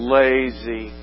lazy